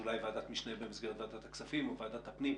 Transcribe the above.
אולי ועדת משנה במסגרת ועדת הכספים או ועדת הפנים.